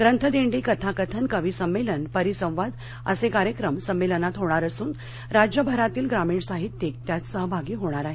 ग्रंथदिडी कथाकथन कवी संमेलन परिसंवाद असे कार्यक्रम संमेलनात होणार असून राज्यभरातील ग्रामीण साहित्यिक त्यात सहभागी होणार आहे